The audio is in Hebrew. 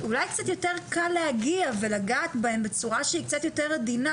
אולי קצת יותר קל להגיע ולגעת בהם בצורה שהיא קצת יותר עדינה,